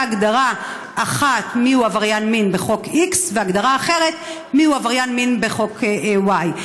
הגדרה אחת לעבריין מין בחוק x והגדרה אחרת של עבריין מין בחוק y.